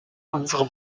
unserem